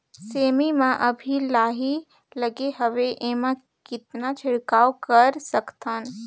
सेमी म अभी लाही लगे हवे एमा कतना छिड़काव कर सकथन?